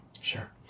Sure